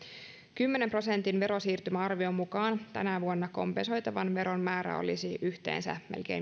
kymmenen prosentin verosiirtymäarvion mukaan tänä vuonna kompensoitavan veron määrä olisi yhteensä melkein